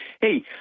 Hey